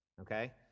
okay